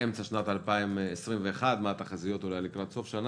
באמצע שנת 2021 ומה התחזיות לקראת סוף השנה,